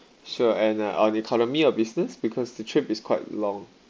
sure and uh on economy or business because the trip is quite long